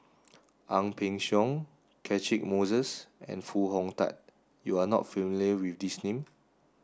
Ang Peng Siong Catchick Moses and Foo Hong Tatt you are not familiar with these name